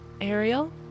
Ariel